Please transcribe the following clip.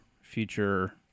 future